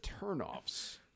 turnoffs